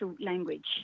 language